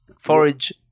Forage